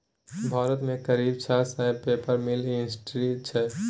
भारत मे करीब छह सय पेपर मिल इंडस्ट्री छै